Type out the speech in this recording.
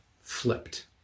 flipped